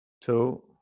two